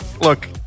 look